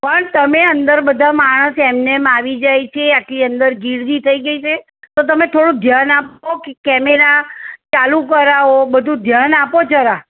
પણ તમે અંદર બધા માણસ એમનેમ આવી જાય છે આટલી અંદર ગિરદી થઈ ગઈ છે તો તમે થોડુંક ધ્યાન આપો કે કેમેરા ચાલુ કરાવો બધું ધ્યાન આપો જરા